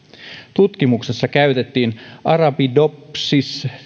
tutkimuksessa käytettiin arabidopsis